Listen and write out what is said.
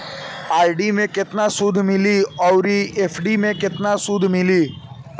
RD मे केतना सूद मिली आउर एफ.डी मे केतना सूद मिली?